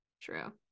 true